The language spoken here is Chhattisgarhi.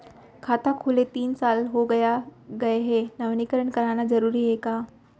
खाता खुले तीन साल हो गया गये हे नवीनीकरण कराना जरूरी हे का?